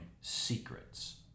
secrets